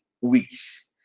weeks